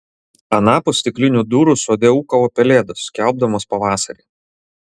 anapus stiklinių durų sode ūkavo pelėdos skelbdamos pavasarį